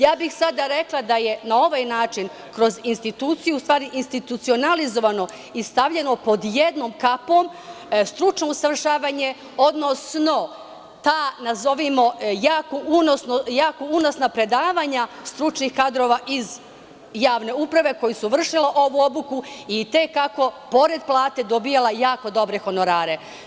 Ja bih sada rekla da je na ovaj način, kroz institucije, u stvari institucionalizovano i stavljeno pod jednom kapom stručno usavršavanje, odnosno ta, nazovimo, jako unosna predavanja stručnih kadrova iz javne uprave koji su vršili ovu obuku i te kako, pored plate, dobijali jako dobre honorare.